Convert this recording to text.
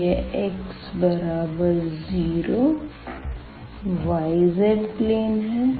तो यह x0 y z plane है